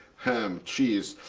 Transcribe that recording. ham, cheese,